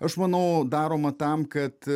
aš manau daroma tam kad